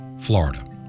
Florida